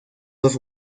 dos